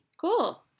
Cool